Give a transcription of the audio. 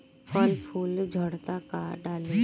फल फूल झड़ता का डाली?